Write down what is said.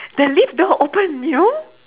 the lift door open you know